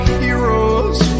heroes